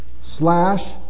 slash